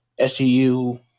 SCU